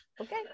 okay